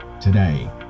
today